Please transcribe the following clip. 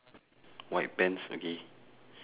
white pants okay